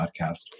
podcast